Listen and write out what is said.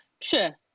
sure